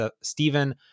Stephen